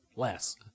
Less